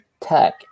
tech